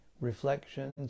reflections